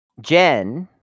Jen